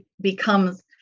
becomes